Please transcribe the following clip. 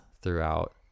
throughout